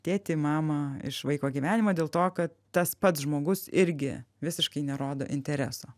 tėtį mamą iš vaiko gyvenimo dėl to kad tas pats žmogus irgi visiškai nerodo intereso